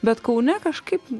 bet kaune kažkaip